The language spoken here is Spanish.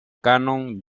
canon